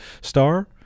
star